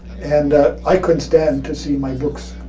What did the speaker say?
and i couldn't stand to see my books